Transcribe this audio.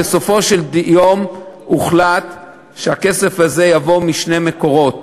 בסופו של דבר הוחלט שהכסף הזה יבוא משני מקורות.